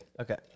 Okay